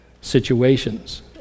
situations